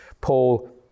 Paul